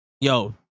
Yo